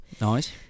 Nice